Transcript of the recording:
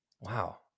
Wow